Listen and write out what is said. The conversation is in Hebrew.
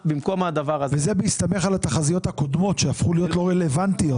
וזה בהסתמך על התחזיות הקודמות שהפכו להיות לא רלבנטיות.